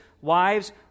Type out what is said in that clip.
wives